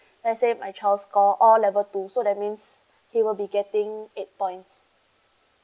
let's say my child's score all level two so that means he will be getting eight points